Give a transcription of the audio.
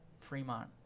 Fremont